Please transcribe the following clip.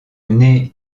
née